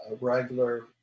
regular